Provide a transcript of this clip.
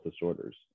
disorders